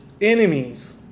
enemies